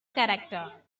character